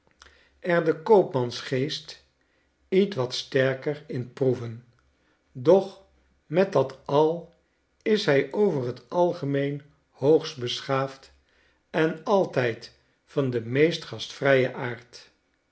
er den koopmansgeest ietwat sterker in proeven doch met dat al is hij over t algemeen hoogst beschaafd en altyd van den meest gastvrijen aard